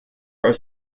are